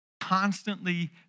constantly